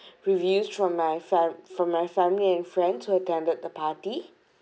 reviews from my fam~ from my family and friends who attended the party